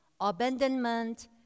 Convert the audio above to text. abandonment